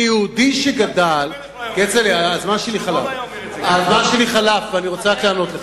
הזמן שלי חלף, ואני רוצה לענות לך.